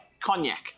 cognac